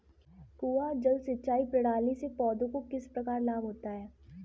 कुआँ जल सिंचाई प्रणाली से पौधों को किस प्रकार लाभ होता है?